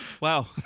Wow